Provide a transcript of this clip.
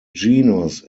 genus